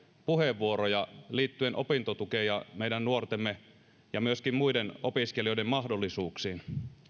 puheenvuoroja liittyen opintotukeen ja meidän nuortemme ja myöskin muiden opiskelijoiden mahdollisuuksiin